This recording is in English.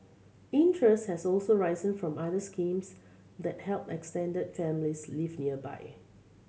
interest has also risen for other schemes that help extended families live nearby